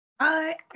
Hi